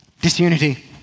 Disunity